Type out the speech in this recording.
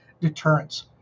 deterrence